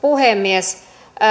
puhemies